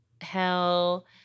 Hell